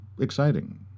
exciting